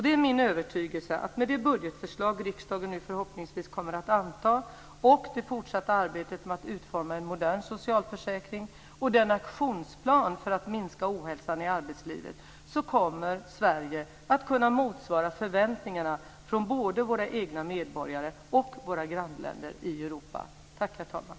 Det är min övertygelse att Sverige, med det budgetförslag riksdagen nu förhoppningsvis kommer att anta, det fortsatta arbetet med att utforma en modern socialförsäkring och den aktionsplan för att minska ohälsan i arbetslivet, kommer att kunna motsvara förväntningarna från både våra egna medborgare och våra grannländer i Europa. Tack, herr talman.